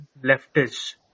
leftists